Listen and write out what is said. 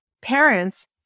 parents